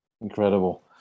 Incredible